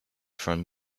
from